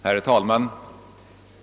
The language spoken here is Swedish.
Herr talman!